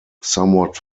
somewhat